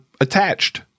attached